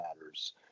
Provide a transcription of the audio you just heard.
matters